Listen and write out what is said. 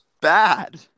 bad